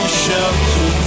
shelter